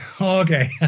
Okay